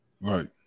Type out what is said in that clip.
Right